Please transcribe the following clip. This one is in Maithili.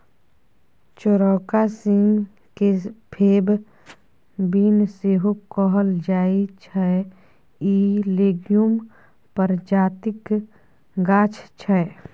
चौरका सीम केँ फेब बीन सेहो कहल जाइ छै इ लेग्युम प्रजातिक गाछ छै